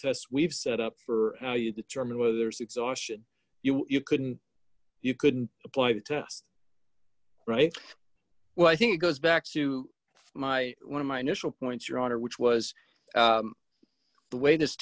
tests we've set up for how you determine whether there's exhaustion you you couldn't you couldn't apply the test right well i think it goes back to my one of my national points your honor which was the way this